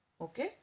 Okay